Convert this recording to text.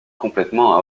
complètement